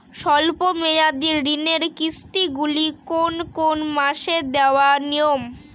স্বল্প মেয়াদি ঋণের কিস্তি গুলি কোন কোন মাসে দেওয়া নিয়ম?